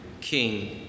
King